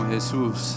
Jesus